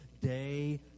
day